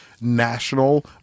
national